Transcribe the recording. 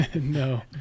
No